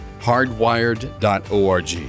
hardwired.org